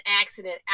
accident